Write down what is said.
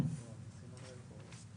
אוקיי, אז זה לא יהיה אפשרי, מכיוון